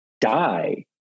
die